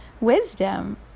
wisdom